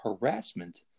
harassment